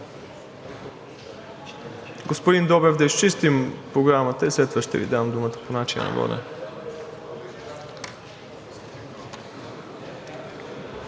Господин Добрев, да изчистим Програмата и след това ще Ви дам думата по начина на водене.